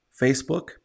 Facebook